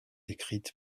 écrite